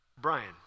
Brian